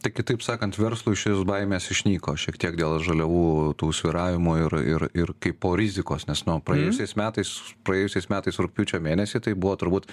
tai kitaip sakant verslui šios baimės išnyko šiek tiek dėl žaliavų tų svyravimų ir ir ir kaipo rizikos nes nu praėjusiais metais praėjusiais metais rugpjūčio mėnesį tai buvo turbūt